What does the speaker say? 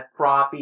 Froppy